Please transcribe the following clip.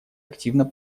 активно